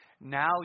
Now